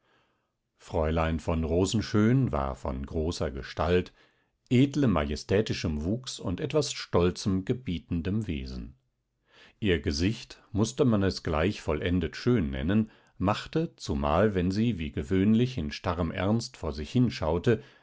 fräulein von rosenschön war von großer gestalt edlem majestätischen wuchs und etwas stolzem gebietendem wesen ihr gesicht mußte man es gleich vollendet schön nennen machte zumal wenn sie wie gewöhnlich in starrem ernst vor sich hinschaute